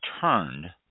turned